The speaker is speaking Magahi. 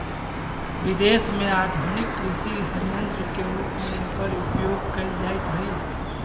विदेश में आधुनिक कृषि सन्यन्त्र के रूप में एकर उपयोग कैल जाइत हई